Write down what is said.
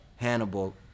Hannibal